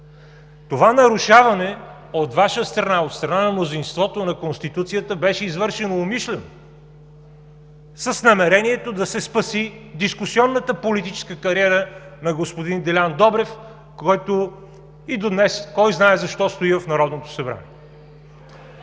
Конституцията от Ваша страна, от страна на мнозинството, беше извършено умишлено с намерението да се спаси дискусионната политическа кариера на господин Делян Добрев, който и до днес, кой знае защо, стои в Народното събрание.